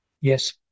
Yes